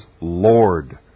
Lord